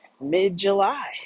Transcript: mid-July